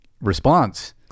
response